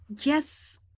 Yes